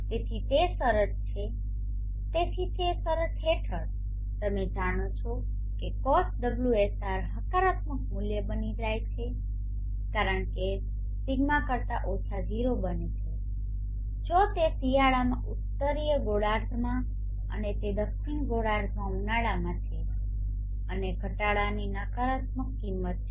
તેથી કે શરત હેઠળ તમે જાણો છો કે cos ωsr હકારાત્મક મૂલ્ય બની જાય છે કારણ કે δ કરતાં ઓછા 0 બને છે જો તે શિયાળામાં ઉત્તરીય ગોળાર્ધમાં અને તે દક્ષિણ ગોળાર્ધમાં ઉનાળામાં છે અને ઘટાડાની નકારાત્મક કિંમત છે